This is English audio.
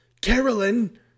Carolyn